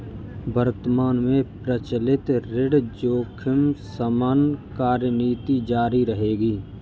वर्तमान में प्रचलित ऋण जोखिम शमन कार्यनीति जारी रहेगी